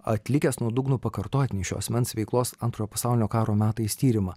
atlikęs nuodugnų pakartotinį šio asmens veiklos antrojo pasaulinio karo metais tyrimą